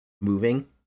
moving